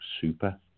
super